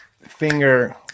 finger